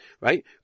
right